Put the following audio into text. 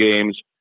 games